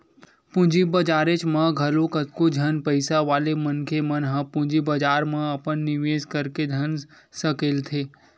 पूंजी बजारेच म घलो कतको झन पइसा वाले मनखे मन ह पूंजी बजार म अपन निवेस करके धन सकेलथे